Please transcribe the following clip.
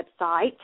website